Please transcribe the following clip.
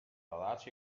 edats